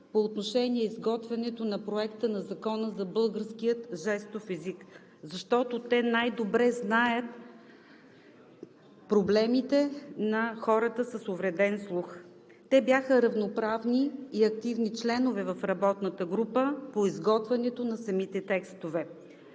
по отношение изготвянето на Законопроекта за българския жестов език, защото те най-добре знаят проблемите на хората с увреден слух. Те бяха равноправни и активни членове в работната група по изготвянето на самите текстове.